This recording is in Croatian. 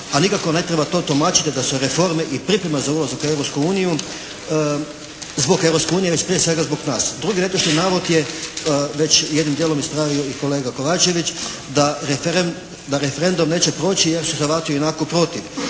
a nikako ne treba to tumačiti da su reforme i priprema za ulazak u Europsku uniju zbog Europske unije već prije svega zbog nas. Drugi netočni navod je već jednim djelom ispravio i kolega Kovačević, da referendum neće proći jer su Hrvati ionako protiv.